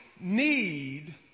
need